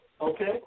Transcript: okay